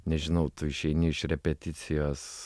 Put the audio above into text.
nežinau tu išeini iš repeticijos